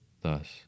Thus